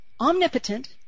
omnipotent